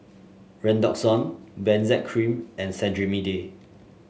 Redoxon Benzac Cream and Cetrimide